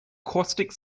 caustic